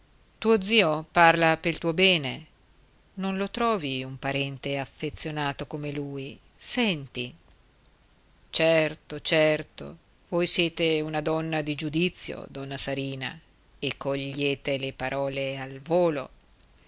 tuo zio parla pel tuo bene non lo trovi un parente affezionato come lui senti certo certo voi siete una donna di giudizio donna sarina e cogliete le parole al volo